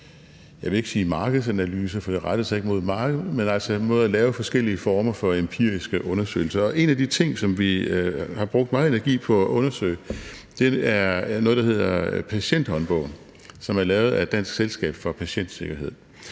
jeg vil ikke sige markedsanalyser, for det rettede sig ikke imod markedet, men forskellige former for empiriske undersøgelser. Og en af de ting, vi har brugt meget energi på at undersøge, er noget, der hedder Patienthåndbogen, som er lavet af Dansk Selskab for Patientsikkerhed.